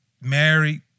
married